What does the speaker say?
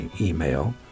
email